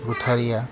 गोथारै